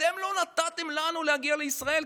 אתם לא נתתם לנו להגיע לישראל,